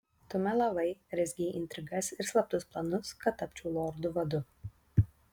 tu melavai rezgei intrigas ir slaptus planus kad tapčiau lordu vadu